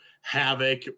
Havoc